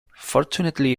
fortunately